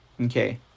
Okay